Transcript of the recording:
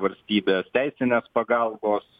valstybės teisinės pagalbos